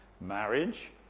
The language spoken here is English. marriage